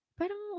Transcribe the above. parang